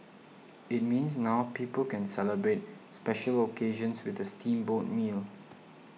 it means now people can celebrate special occasions with a steamboat meal